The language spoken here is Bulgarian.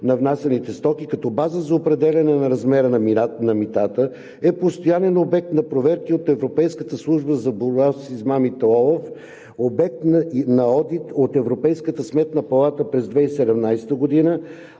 на внасяните стоки, като база за определяне на размера на митата, е постоянен обект на проверки на Европейската служба за борба с измамите ОЛАФ, обект на одит от Европейската сметна палата през 2017 г.,